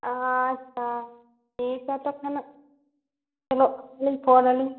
ᱟᱪᱪᱷᱟ ᱴᱷᱤᱠ ᱟᱪᱷᱮ ᱛᱟᱦᱚᱞᱮ ᱥᱮᱱᱚᱜ ᱠᱷᱟᱱᱤᱧ ᱯᱷᱳᱱᱟᱞᱤᱧ